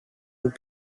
und